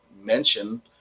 mention